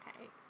Okay